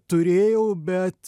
turėjau bet